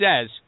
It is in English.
says